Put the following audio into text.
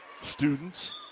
students